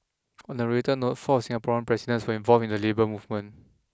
on a related note four of Singaporean presidents were involved in the labour movement